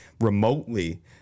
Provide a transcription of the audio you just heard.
remotely